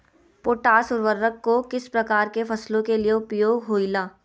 Potash उर्वरक को किस प्रकार के फसलों के लिए उपयोग होईला?